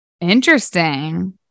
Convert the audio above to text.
Interesting